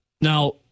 Now